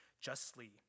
justly